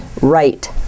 right